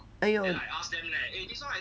!aiyo!